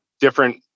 different